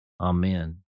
Amen